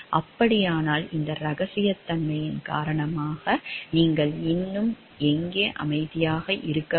அப்படியென்றால் இந்த ரகசியத்தன்மையின் காரணமாக நீங்கள் இன்னும் எங்கே அமைதியாக இருக்க வேண்டும்